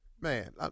Man